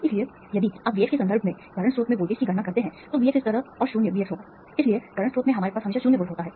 इसलिए यदि आप Vx के संदर्भ में करंट स्रोत में वोल्टेज की गणना करते हैं तो Vx इस तरह और शून्य Vx होगा इसलिए करंट स्रोत में हमारे पास हमेशा 0 वोल्ट होता है